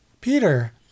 Peter